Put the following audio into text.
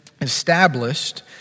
established